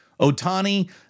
Otani